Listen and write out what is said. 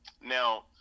Now